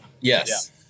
Yes